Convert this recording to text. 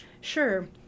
Sure